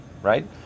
right